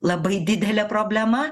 labai didelė problema